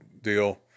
deal